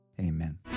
Amen